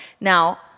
Now